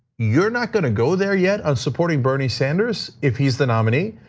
you're not gonna go there yet on supporting bernie sanders if he's the nominee?